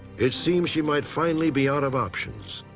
it seemed she might finally be out of options,